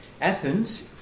Athens